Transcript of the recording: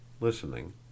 listening